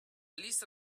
lista